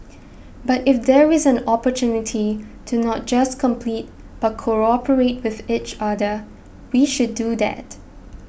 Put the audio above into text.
but if there is an opportunity to not just compete but cooperate with each other we should do that